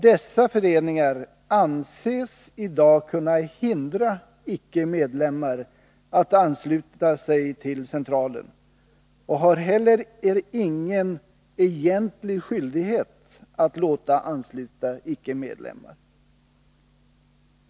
Dessa föreningar anses i dag kunna hindra icke-medlemmar att ansluta sig till centralen och har heller ingen egentlig skyldighet att låta ansluta icke-medlemmar.